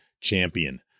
champion